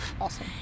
Awesome